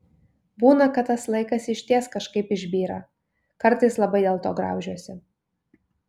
būna kad tas laikas išties kažkaip išbyra kartais labai dėlto graužiuosi